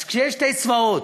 אז כשיש שני צבאות,